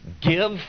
Give